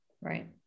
Right